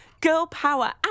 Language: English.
girl-power